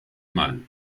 mal